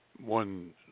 one